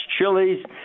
chilies